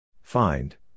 Find